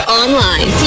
online